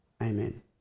Amen